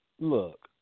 Look